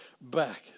back